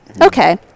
okay